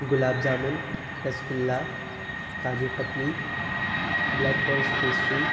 gulab jamun rasgulla kaju katli black forest pastry